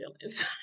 feelings